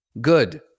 Good